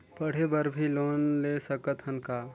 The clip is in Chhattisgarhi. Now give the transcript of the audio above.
पढ़े बर भी लोन ले सकत हन का?